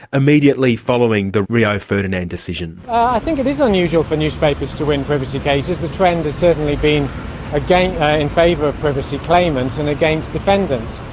immediately following the rio ferdinand decision. i think it is unusual for newspapers to win privacy cases the trend has certainly been against. in favour of privacy claimants and against defendants,